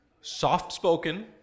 soft-spoken